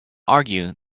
argue